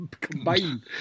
combined